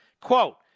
Quote